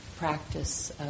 Practice